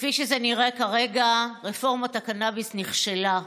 כפי שזה נראה כרגע, רפורמת הקנביס נכשלה.